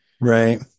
Right